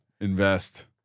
invest